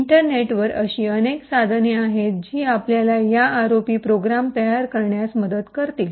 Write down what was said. इंटरनेटवर अशी अनेक साधने आहेत जी आपल्याला या आरओपी प्रोग्राम तयार करण्यात मदत करतील